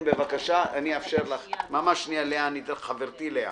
סיני, אאפשר לך לדבר בקצרה.